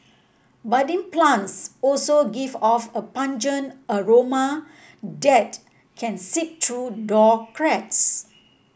budding plants also give off a pungent aroma that can seep through door cracks